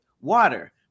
Water